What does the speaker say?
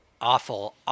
awful